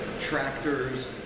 tractors